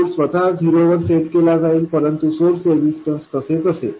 source स्वतः झिरोवर set केला जाईल परंतु सोर्स रेजिस्टन्स तसेच असेल